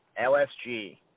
LSG